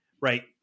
Right